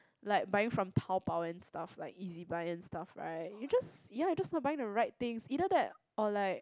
like buying from Taobao that stuff like Ezibuy and stuff right you just ya you just not buying the right things either that or like